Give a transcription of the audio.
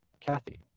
Kathy